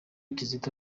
kizito